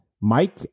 Mike